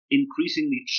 increasingly